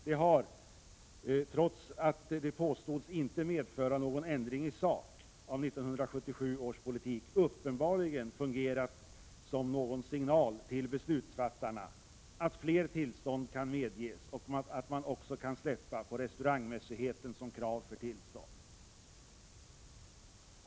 Det har — trots att det påstods inte medföra någon ändring i sak av 1977 års beslut — uppenbarligen fungerat som någon signal till beslutsfattarna att fler tillstånd kunde medges och att man också kunde släppa på restaurangmässigheten som krav för tillstånd.